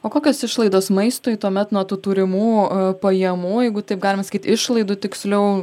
o kokios išlaidos maistui tuomet nuo tų turimų pajamų jeigu taip galima sakyt išlaidų tiksliau